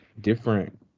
different